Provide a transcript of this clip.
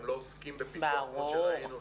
הם לא עוסקים בפיתוח כמו שראינו,